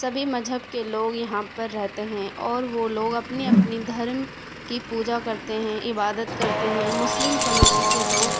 سبھی مذہب کے لوگ یہاں پر رہتے ہیں اور وہ لوگ اپنی اپنی دھرم کی پوجا کرتے ہیں عبادت کرتے ہیں مسلم کمیونٹی کے لوگ